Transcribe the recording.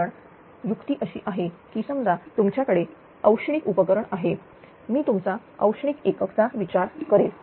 कारण युक्ती अशी आहे की समजा तुमच्याकडे औष्णिक उपकरण आहे मी तुमचा औष्णिक एकक चा विचार करेल